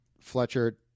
Fletcher